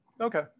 Okay